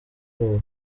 bwoba